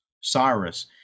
Cyrus